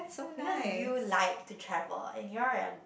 because you like to travel and you're a